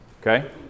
okay